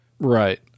Right